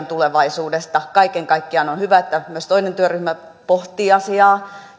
tulevaisuudesta kaiken kaikkiaan on on hyvä että myös toinen työryhmä pohtii asiaa